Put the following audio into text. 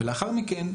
לאחר מכן,